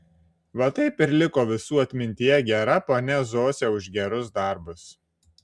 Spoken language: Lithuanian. va taip ir liko visų atmintyje gera ponia zosė už gerus darbus